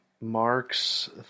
Mark's